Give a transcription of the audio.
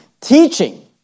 Teaching